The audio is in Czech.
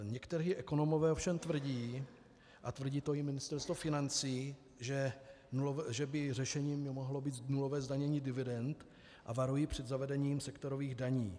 Někteří ekonomové ovšem tvrdí, a tvrdí to i Ministerstvo financí, že by řešením mohlo být nulové zdanění dividend, a varují před zavedením sektorových daní.